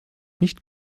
nicht